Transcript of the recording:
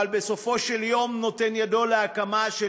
אבל בסופו של דבר נותן את ידו להקמה של